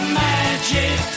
magic